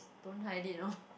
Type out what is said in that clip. don't hide it orh